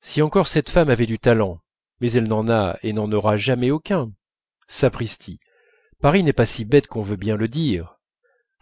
si encore cette femme avait du talent mais elle n'en a et n'en aura jamais aucun sapristi paris n'est pas si bête qu'on veut bien le dire